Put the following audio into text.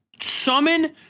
Summon